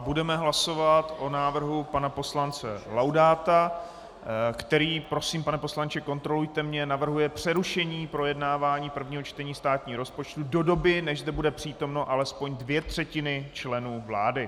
Budeme hlasovat o návrhu pana poslance Laudáta, který pane poslanče, kontrolujte mě navrhuje přerušení projednávání prvního čtení státního rozpočtu do doby, než zde budou přítomny alespoň dvě třetiny členů vlády.